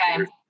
Okay